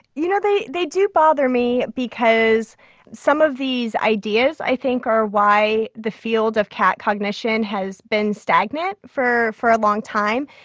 you know, they they do bother me because some of these ideas, i think, are why the field of cat cognition has been stagnant for for a long time.